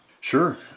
sure